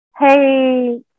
hey